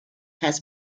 has